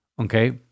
Okay